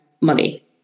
money